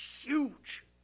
huge